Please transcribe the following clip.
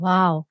Wow